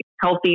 healthy